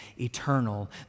eternal